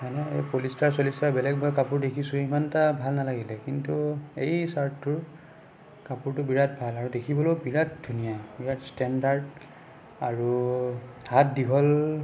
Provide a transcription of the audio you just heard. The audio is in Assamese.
এই পলিষ্টাৰ চলিষ্টাৰ বেলেগ মই কাপোৰ দেখিছোঁ সিমানটা ভাল নালাগিলে কিন্তু এই ছাৰ্টটোৰ কাপোৰটো বিৰাট ভাল আৰু দেখিবলৈও বিৰাট ধুনীয়া বিৰাট ষ্টেণ্ডাৰ্ড আৰু হাত দীঘল